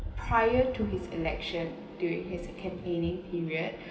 prior to his election during his campaigning period